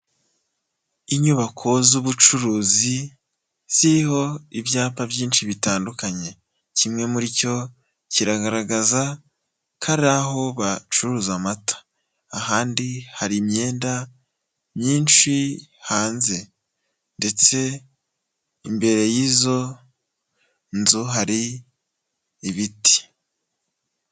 Inyubako z'ubucuruzi ziriho ibyapa byinshi bitandukanye, kimwe muri cyo kiragaragaza ko ari aho bacuruza amata, ahandi hari imyenda myinshi hanze, ndetse imbere y'izo nzu hari ibiti.